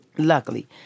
luckily